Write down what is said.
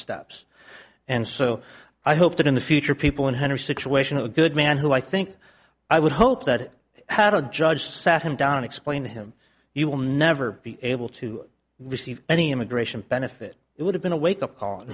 steps and so i hope that in the future people in hundreds situation a good man who i think i would hope that had a judge sat him down explain to him you will never be able to receive any immigration benefit it would have been a wake up call and